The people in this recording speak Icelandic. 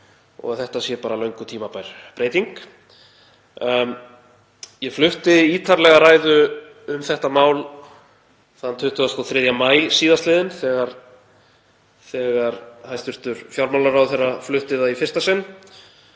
að þetta sé bara löngu tímabær breyting. Ég flutti ítarlega ræðu um þetta mál þann 23. maí síðastliðinn þegar hæstv. fjármálaráðherra flutti það í fyrsta sinn